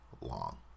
long